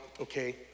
okay